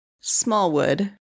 Smallwood